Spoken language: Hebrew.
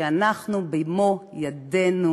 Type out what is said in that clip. שאנחנו במו-ידינו